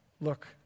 look